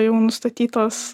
jau nustatytos